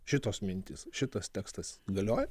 šitos mintys šitas tekstas galioja